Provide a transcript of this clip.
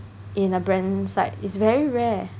in a brand site it's very rare